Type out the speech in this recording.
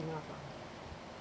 enough lah